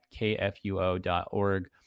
kfuo.org